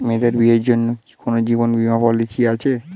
মেয়েদের বিয়ের জন্য কি কোন জীবন বিমা পলিছি আছে?